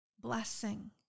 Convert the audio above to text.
blessing